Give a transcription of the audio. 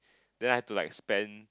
then I had to like spend